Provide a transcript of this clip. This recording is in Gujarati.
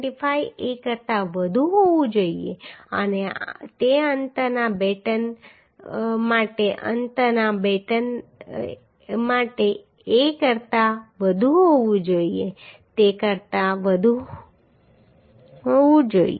75a કરતાં વધુ હોવી જોઈએ અને તે અંતના બેટન માટે a કરતાં વધુ હોવી જોઈએ તે કરતાં વધુ હોવી જોઈએ